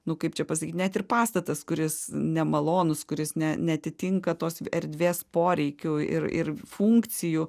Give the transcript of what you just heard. nu kaip čia pasakyt net ir pastatas kuris nemalonūs kuris ne neatitinka tos erdvės poreikių ir ir funkcijų